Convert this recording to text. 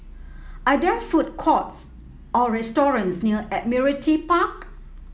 are there food courts or restaurants near Admiralty Park